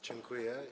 Dziękuję.